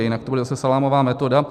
Jinak to bude zase salámová metoda.